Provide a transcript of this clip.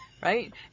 Right